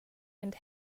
and